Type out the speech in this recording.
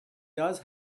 does